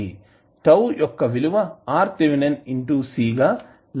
τ యొక్క విలువ R ThC గా లెక్కించబడుతుంది